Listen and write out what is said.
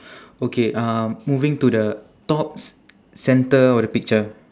okay uh moving to the top center of the picture